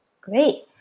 great